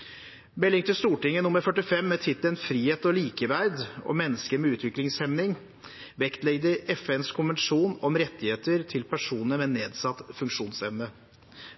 45 for 2012–2013, med tittelen Frihet og likeverd – Om mennesker med utviklingshemming, vektlegger FNs konvensjon om rettigheter for personer med nedsatt funksjonsevne,